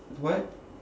what